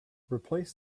replace